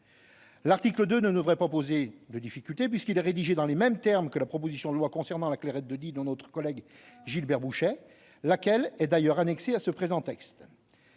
L'article 2 ne devrait pas poser de difficulté puisqu'il est rédigé dans les mêmes termes que la proposition de loi concernant la Clairette de Die de notre collègue Gilbert Bouchet, laquelle est d'ailleurs annexée au présent texte.